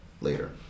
later